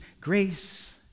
grace